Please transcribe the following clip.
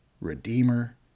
Redeemer